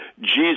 Jesus